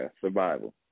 survival